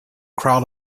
crowd